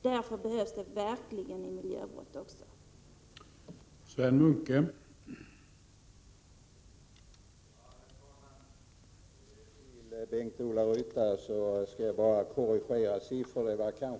Därför behövs det verkligen en 6april1988 statsåklagare också när det gäller miljöbrott. Anslag Ull Aklägar